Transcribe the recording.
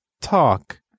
talk